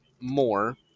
more